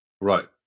right